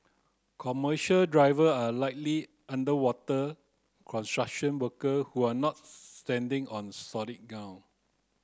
commercial driver are likely underwater construction worker who are not standing on solid ground